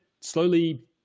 slowly